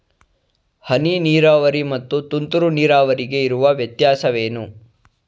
ಹನಿ ನೀರಾವರಿ ಮತ್ತು ತುಂತುರು ನೀರಾವರಿಗೆ ಇರುವ ವ್ಯತ್ಯಾಸವೇನು?